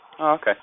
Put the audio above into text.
okay